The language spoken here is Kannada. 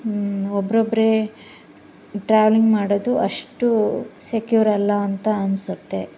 ಹ್ಞೂ ಒಬ್ರೊಬ್ಬರೇ ಟ್ರಾವೆಲಿಂಗ್ ಮಾಡೋದು ಅಷ್ಟು ಸೆಕ್ಯೂರ್ ಅಲ್ಲ ಅಂತ ಅನಿಸತ್ತೆ